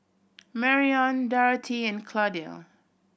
Marrion Dorathea and Claudio